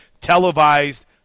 televised